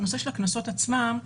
בנושא הקנסות עצמם,